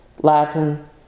Latin